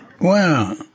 wow